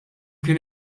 kien